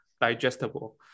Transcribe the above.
digestible